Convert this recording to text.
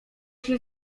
się